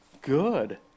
good